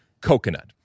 coconut